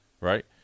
right